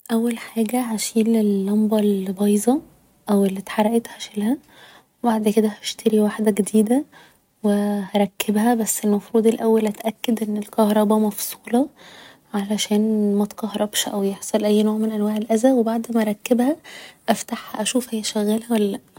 اول حاجة هشيل اللمبة اللي بايظة او اللي اتحرقت هشيلها و بعد كده هشتري واحدة جديدة و هركبها بس المفروض الأول اتأكد ان الكهربا مفصولة علشان متكهربش او يحصل اي نوع من أنواع الاذى و بعد ما اركبها افتحها أشوف هي شغالة ولا لا